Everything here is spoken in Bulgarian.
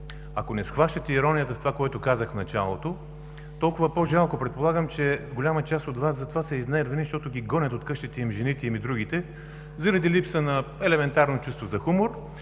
Ако не схващате иронията в това, което казах в началото, толкова по-жалко. Предполагам, че голяма част от Вас за това са изнервени, защото ги гонят жените им от къщите и другите - заради липса на елементарно чувство за хумор,